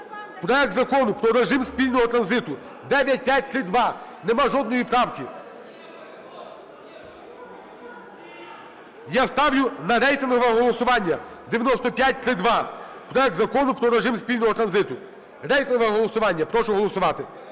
проект Закону про режим спільного транзиту (9532). Нема жодної правки. Я ставлю на рейтингове голосування 9532: проект Закону про режим спільного транзиту. Рейтингове голосування, прошу голосувати.